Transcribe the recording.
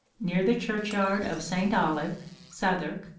near the churchyard of st. olave, southwark,